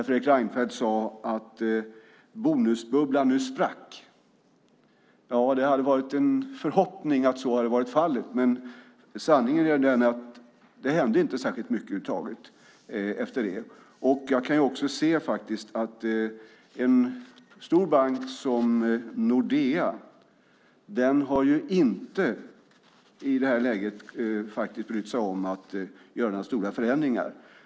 Fredrik Reinfeldt sade att bonusbubblan nu sprack. Ja, det hade varit en förhoppning att så hade varit fallet, men sanningen är den att det inte hände särskilt mycket över huvud taget efter det. Jag kan också se att en stor bank som Nordea i det här läget faktiskt inte har brytt sig om att göra några stora förändringar.